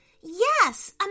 Yes